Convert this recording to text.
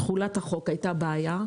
עם תחולת החוק הייתה בעיה.